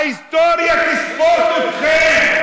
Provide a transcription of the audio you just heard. ההיסטוריה תשפוט אתכם.